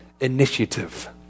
initiative